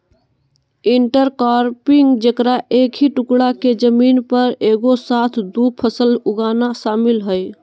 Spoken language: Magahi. इंटरक्रॉपिंग जेकरा एक ही टुकडा के जमीन पर एगो साथ दु फसल उगाना शामिल हइ